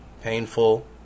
painful